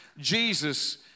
Jesus